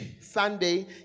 sunday